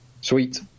Sweet